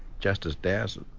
justice dowsett,